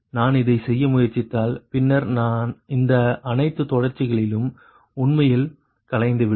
ஆனால் நான் இதை செய்ய முயற்சித்தால் பின்னர் இந்த அனைத்து தொடர்ச்சிகளும் உண்மையில் கலைந்துவிடும்